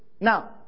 now